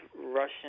russian